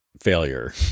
failure